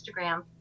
Instagram